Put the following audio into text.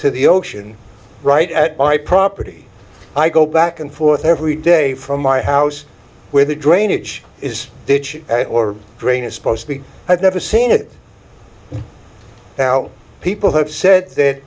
to the ocean right at my property i go back and forth every day from my house where the drainage is ditch or drain is supposed to be i've never seen it now people have said that